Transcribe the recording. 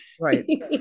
right